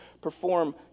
perform